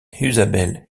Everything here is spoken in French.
isabelle